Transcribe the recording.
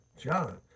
John